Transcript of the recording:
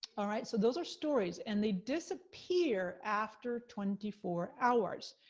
all right, so those are stories, and they disappear after twenty four hours.